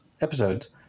episodes